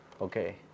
Okay